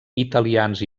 italians